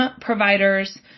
providers